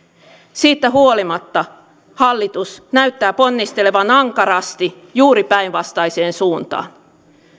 siitä huolimatta hallitus näyttää ponnistelevan ankarasti juuri päinvastaiseen suuntaan